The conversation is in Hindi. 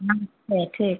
नमस्ते ठीक